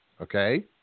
Okay